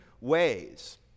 ways